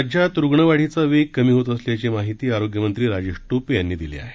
राज्यात रुग्ण वाढीचा वेग कमी होत असल्याची माहिती आरोग्यमंत्री राजेश टोपे यांनी दिली आहे